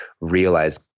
realize